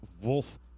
wolf